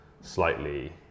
slightly